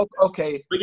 okay